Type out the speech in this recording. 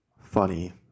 funny